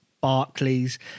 Barclays